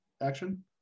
action